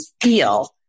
feel